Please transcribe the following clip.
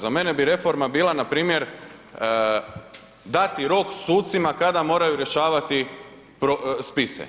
Za mene bi reforma bila npr. dati rok sucima kada moraju rješavati spise.